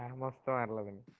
um ah so and living